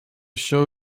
show